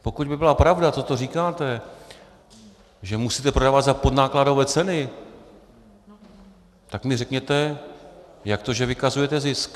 Pokud by byla pravda, co tu říkáte, že musíte prodávat za podnákladové ceny, tak mi řekněte, jak to, že vykazujete zisk?